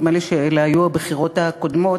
נדמה לי שאלה היו הבחירות הקודמות,